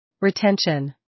Retention